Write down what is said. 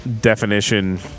definition